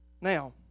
now